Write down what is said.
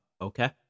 Okay